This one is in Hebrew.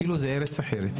כאילו זו ארץ אחרת.